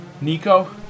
Nico